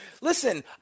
Listen